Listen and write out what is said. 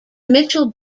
mitchell